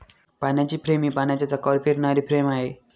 पाण्याची फ्रेम ही पाण्याच्या चाकावर फिरणारी फ्रेम आहे